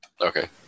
Okay